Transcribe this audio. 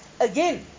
Again